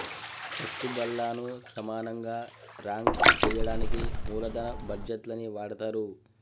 పెట్టుబల్లను సమానంగా రాంక్ చెయ్యడానికి మూలదన బడ్జేట్లని వాడతరు